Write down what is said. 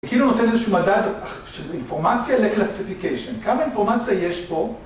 כאילו נותן איזשהו מדד של אינפורמציה לקלאסיפיקיישן, כמה אינפורמציה יש פה?